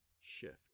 shift